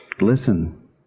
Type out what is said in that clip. Listen